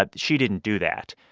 ah she didn't do that.